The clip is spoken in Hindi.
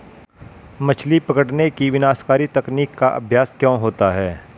मछली पकड़ने की विनाशकारी तकनीक का अभ्यास क्यों होता है?